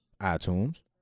iTunes